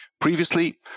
Previously